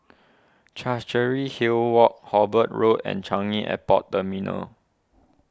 Chancery Hill Walk Hobart Road and Changi Airport Terminal